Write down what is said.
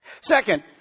Second